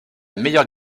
meilleure